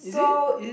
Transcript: so